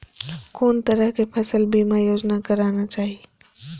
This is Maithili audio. कोन तरह के फसल बीमा योजना कराना चाही?